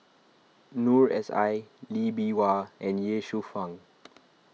Noor S I Lee Bee Wah and Ye Shufang